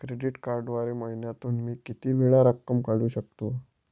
Credit कार्डद्वारे महिन्यातून मी किती वेळा रक्कम काढू शकतो?